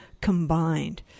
combined